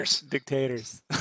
Dictators